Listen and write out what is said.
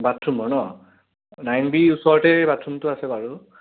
বাথৰুমৰ ন নাইন বিৰ ওচৰতে বাথৰুমটো আছে বাৰু